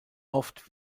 oft